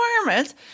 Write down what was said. requirements